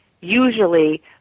usually